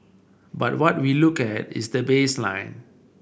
but what we look at is the baseline